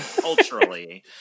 culturally